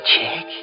check